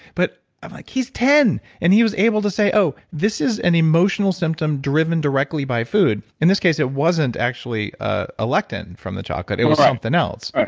but i'm like he's ten and he was able to say, oh, oh, this is an emotional symptom driven directly by food. in this case, it wasn't actually a lectin from the chocolate, it was something else.